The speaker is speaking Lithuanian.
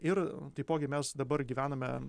ir taipogi mes dabar gyvename